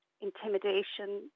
intimidation